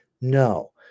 No